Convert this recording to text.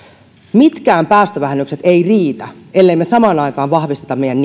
mitkään päästövähennykset eivät riitä ellemme samaan aikaan vahvista meidän